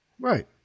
Right